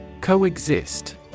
Coexist